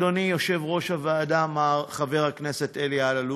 אדוני יושב-ראש הוועדה מר חבר הכנסת אלי אלאלוף,